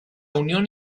unión